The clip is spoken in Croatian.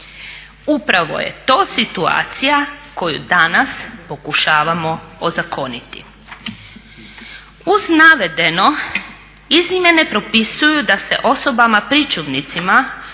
Upravo je to situacija koju danas pokušavamo ozakoniti. Uz navedeno izmjene propisuju da se osobama pričuvnicima